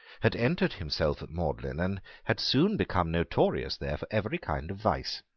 had entered himself at magdalene, and had soon become notorious there for every kind of vice.